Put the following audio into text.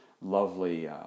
lovely